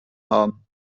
haben